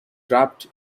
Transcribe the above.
trapped